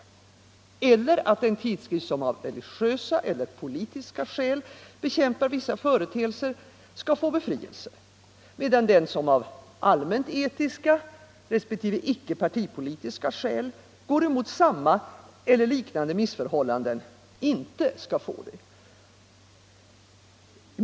Lika litet logik ligger det i att en tidskrift, som av religiösa eller politiska skäl bekämpar vissa företeelser, skall få befrielse, medan den som av allmänt etiska eller eljest icke partipolitiska skäl går emot samma eller liknande missförhållanden inte skall få det.